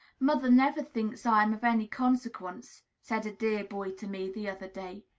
mother never thinks i am of any consequence, said a dear boy to me, the other day.